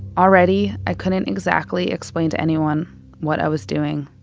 already i couldn't exactly explain to anyone what i was doing.